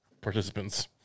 participants